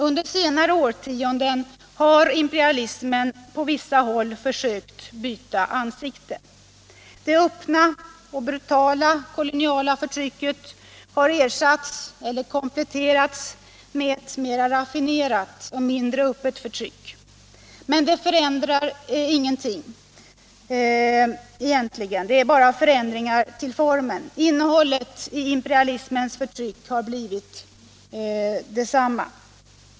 Under senare årtionden har imperialismen på vissa håll försökt byta ansikte. Det öppna och brutala koloniala förtrycket har ersatts eller kompletterats med ett mera raffinerat och mindre öppet förtryck. Men det är bara förändringar till formen. Innehållet i imperialismens förtryck har förblivit detsamma.